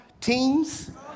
teams